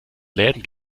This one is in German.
läden